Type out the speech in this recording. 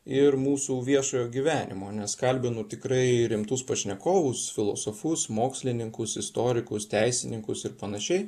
ir mūsų viešojo gyvenimo nes kalbinu tikrai rimtus pašnekovus filosofus mokslininkus istorikus teisininkus ir panašiai